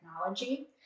technology